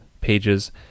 pages